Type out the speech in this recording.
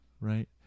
right